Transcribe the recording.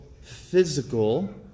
physical